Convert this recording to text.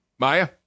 Maya